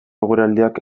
eguraldiak